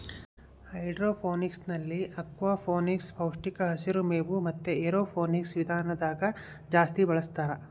ಹೈಡ್ರೋಫೋನಿಕ್ಸ್ನಲ್ಲಿ ಅಕ್ವಾಫೋನಿಕ್ಸ್, ಪೌಷ್ಟಿಕ ಹಸಿರು ಮೇವು ಮತೆ ಏರೋಫೋನಿಕ್ಸ್ ವಿಧಾನದಾಗ ಜಾಸ್ತಿ ಬಳಸ್ತಾರ